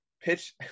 pitch